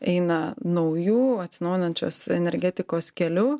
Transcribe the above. eina nauju atsinaujinančios energetikos keliu